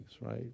right